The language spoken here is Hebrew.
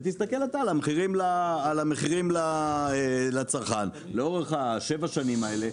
ותסתכל אתה על המחירים לצרכן לאורך 7 השנים האלה.